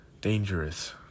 dangerous